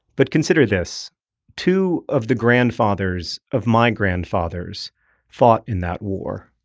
but consider this two of the grandfathers of my grandfathers fought in that war,